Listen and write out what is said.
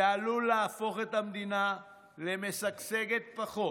זה עלול להפוך את המדינה למשגשגת פחות,